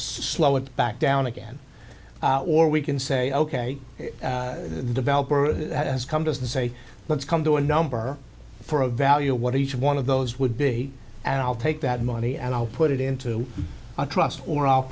slow it back down again or we can say ok the developer has come to us say let's come to a number for a value of what each one of those would be and i'll take that money and i'll put it into a trust for